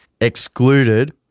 excluded